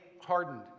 hardened